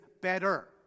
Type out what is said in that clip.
better